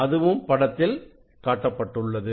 அதுவும் படத்தில் காட்டப்பட்டுள்ளது